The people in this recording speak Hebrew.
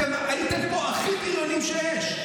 אתם הייתם פה הכי בריונים שיש.